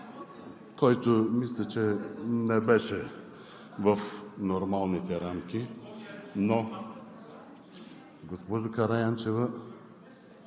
който мисля, че не беше в нормалните рамки. Госпожо Караянчева,